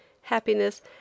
happiness